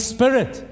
Spirit